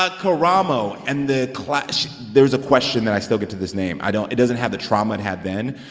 ah karamo, and the there was a question that i still get to this name. i don't it doesn't have the trauma it had then,